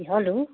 A hello